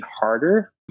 harder